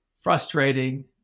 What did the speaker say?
frustrating